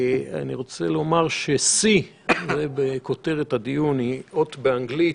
אני רוצה לומר ש-C בכותרת הדיון היא אות באנגלית,